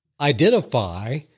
identify